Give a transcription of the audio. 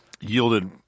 yielded –